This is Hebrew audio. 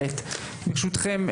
ברשותכם,